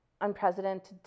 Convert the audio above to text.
unprecedented